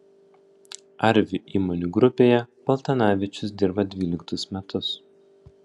arvi įmonių grupėje paltanavičius dirba dvyliktus metus